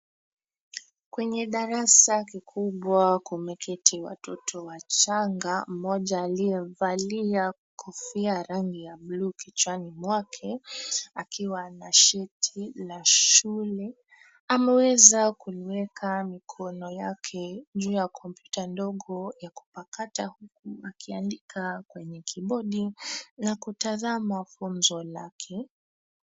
Kwenye darasa kikubwa kumeketi watoto wachanga, mmoja aliyevalia kofia rangi ya bluu kichwani mwake, akiwa ana sheti la shule. Ameweza kuliweka mikono yake juu ya kompyuta ndogo ya kupakata huku akiandika kwenye kibodi na kutazama funzo lake.